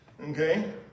Okay